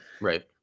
Right